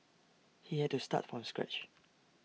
he had to start from scratch